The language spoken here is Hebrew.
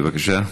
בבקשה.